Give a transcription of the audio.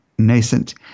nascent